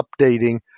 updating